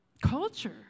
culture